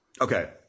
Okay